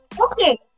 Okay